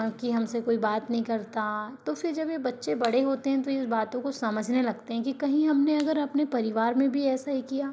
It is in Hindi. कि हमसे कोई बात नहीं करता तो फ़िर जब ये बच्चे बड़े होते हैं तो ये बातों को समझने लगते हैं कि कहीं हमने अगर परिवार में भी ऐसा ही किया